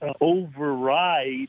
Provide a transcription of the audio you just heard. override